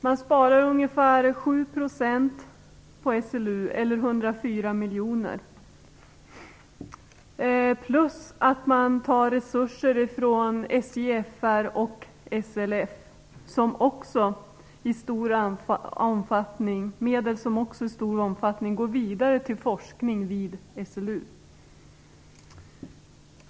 Man sparar ungefär 7 % på SLU eller 104 miljoner. Därtill kommer att man tar resurser från SJFR och SLF, medel som också i stor utsträckning går vidare till forskning vid SLU.